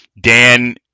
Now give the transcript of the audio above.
Dan